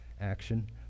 action